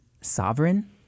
sovereign